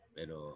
Pero